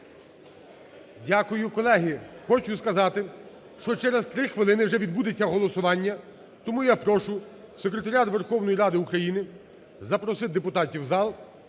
Дякую, колеги. Хочу сказати, що через три хвилини вже відбудеться голосування. Тому я прошу Секретаріат Верховної Ради України запросити депутатів у зал